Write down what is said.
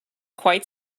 quite